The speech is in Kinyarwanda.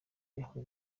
yahujwe